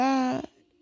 God